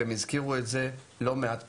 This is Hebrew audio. והם הזכירו את זה לא מעט פעמים.